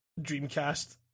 Dreamcast